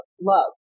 love